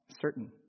certain